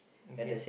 okay